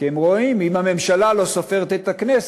כי הם רואים, אם הממשלה לא סופרת את הכנסת,